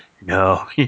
no